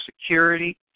security